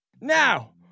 Now